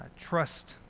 trust